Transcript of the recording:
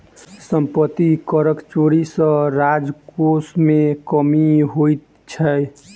सम्पत्ति करक चोरी सॅ राजकोश मे कमी होइत छै